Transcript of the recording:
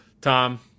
Tom